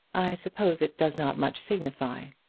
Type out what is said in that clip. i suppose it does not much signify,